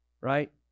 Right